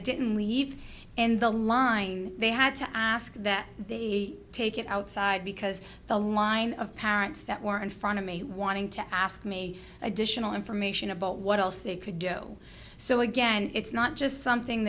didn't leave in the line they had to ask that take it outside because the line of parents that were in front of me wanting to ask me additional information about what else they could do so again it's not just something